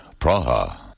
Praha